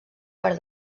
per